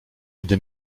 gdy